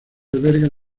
alberga